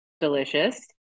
delicious